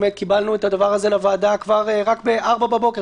באמת קיבלנו את הדבר הזה לוועדה רק ב-04:00 בבוקר.